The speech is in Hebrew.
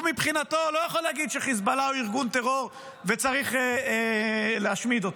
הוא מבחינתו לא יכול להגיד שחיזבאללה הוא ארגון טרור וצריך להשמיד אותו.